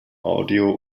audio